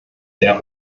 sehr